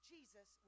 Jesus